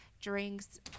drinks